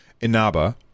Inaba